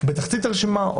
בתחתית הרשימה.